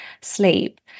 sleep